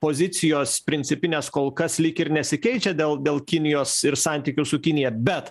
pozicijos principinės kol kas lyg ir nesikeičia dėl dėl kinijos ir santykių su kinija bet